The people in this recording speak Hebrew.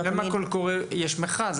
יש מכרז.